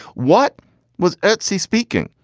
what was etsi speaking?